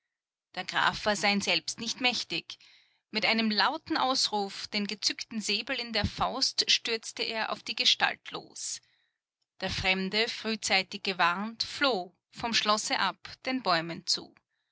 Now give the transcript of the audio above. der graf war sein selbst nicht mächtig mit einem lauten ausruf den gezückten säbel in der faust stürzte er auf die gestalt los der fremde frühzeitig gewarnt floh vom schlosse ab den bäumen zu